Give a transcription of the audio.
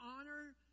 honor